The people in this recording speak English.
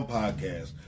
podcast